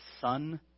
son